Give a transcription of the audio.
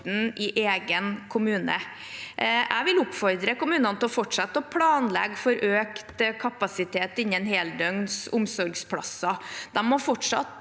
i egen kommune. Jeg vil oppfordre kommunene til å fortsette å planlegge for økt kapasitet innen heldøgns omsorgsplasser. De må fortsatt